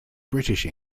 british